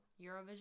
eurovision